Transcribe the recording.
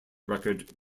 record